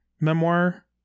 memoir